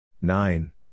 Nine